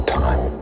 time